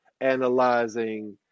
analyzing